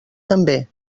també